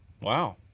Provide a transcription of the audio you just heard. Wow